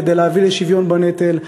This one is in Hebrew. כדי להביא לשוויון בנטל.